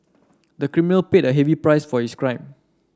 the criminal paid a heavy price for his crime